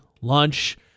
lunch